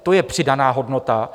To je přidaná hodnota.